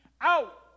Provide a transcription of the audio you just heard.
out